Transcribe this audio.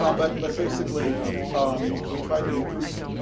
um but but basically um we tried to be prudent.